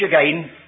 again